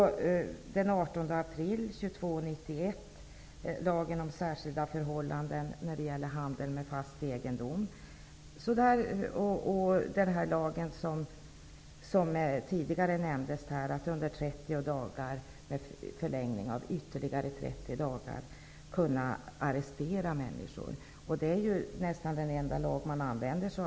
Den 18 april 1991 infördes lag 22:91 om särskilda förhållanden när det gäller handel med fast egendom. Som tidigare nämndes här finns det dessutom en lag som gör det möjligt att sätta människor i arrest under en period av 30 dagar, som sedan kan förlängas med ytterligare 30 dagar. Detta är nästan den enda lag som används i dag.